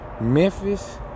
Memphis